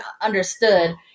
understood